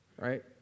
right